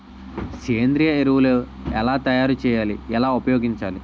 సేంద్రీయ ఎరువులు ఎలా తయారు చేయాలి? ఎలా ఉపయోగించాలీ?